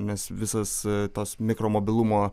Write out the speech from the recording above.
nes visas tas mikro mobilumo